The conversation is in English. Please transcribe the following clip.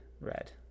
red